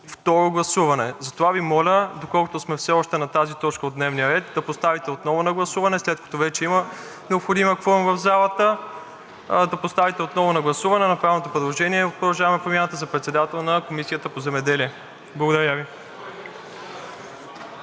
второ гласуване. Затова Ви моля, доколкото сме все още на тази точка от дневния ред, след като вече има необходимия кворум в залата, да поставите отново на гласуване направеното предложение от „Продължаваме Промяната“ за председател на Комисията по земеделие. Благодаря Ви.